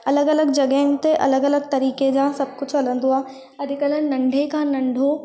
अलॻि अलॻि जॻहियुनि ते अलॻि अलॻि तरीक़े जा सभु कुझु हलंदो आहे अॼुकल्ह नंढे खां नंढो